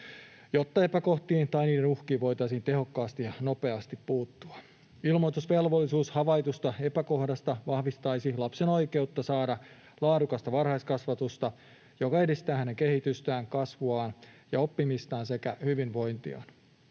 jotta epäkohtiin tai niiden uhkiin voitaisiin tehokkaasti ja nopeasti puuttua. Ilmoitusvelvollisuus havaitusta epäkohdasta vahvistaisi lapsen oikeutta saada laadukasta varhaiskasvatusta, joka edistää hänen kehitystään, kasvuaan ja oppimistaan sekä hyvinvointiaan.